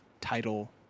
title